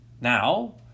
Now